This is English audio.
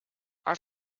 are